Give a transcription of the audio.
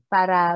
Para